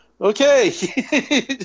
Okay